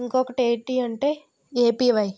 ఇంకొకటి ఏంటి అంటే ఏపివై